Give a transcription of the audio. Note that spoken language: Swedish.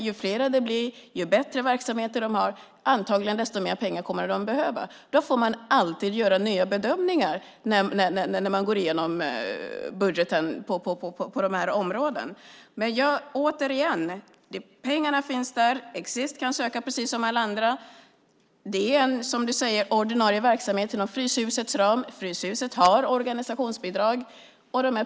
Ju fler det blir och ju bättre verksamheter de har, desto mer pengar kommer de antagligen att behöva. Då får man alltid göra nya bedömningar när man går igenom budgeten på de här områdena. Återigen vill jag säga att pengarna finns. Exit kan söka precis som alla andra. Det är som du säger en ordinarie verksamhet inom Fryshusets ram. Fryshuset har organisationsbidrag.